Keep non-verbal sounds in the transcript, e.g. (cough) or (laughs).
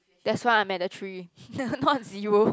that's why I'm at the three (laughs) not zero